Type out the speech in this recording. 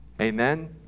Amen